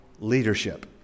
leadership